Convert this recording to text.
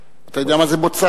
אתה יודע מה זה בוצה?